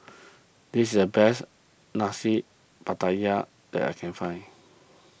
this is the best Nasi Pattaya that I can find